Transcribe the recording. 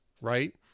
right